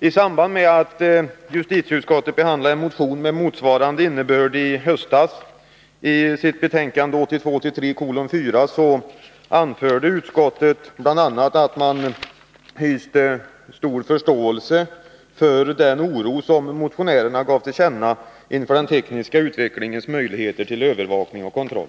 I samband med att justitieutskottet behandlade en motion med motsvarande innebörd i höstas i sitt betänkande 1982/83:4 anförde utskottet bl.a. att man hyste stor förståelse för den oro som motionärerna gav till känna inför den tekniska utvecklingens möjligheter till övervakning och kontroll.